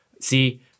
see-